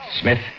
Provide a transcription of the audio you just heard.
Smith